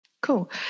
Cool